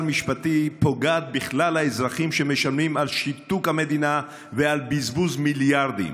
משפטי פוגעת בכלל האזרחים שמשלמים על שיתוק המדינה ועל בזבוז מיליארדים.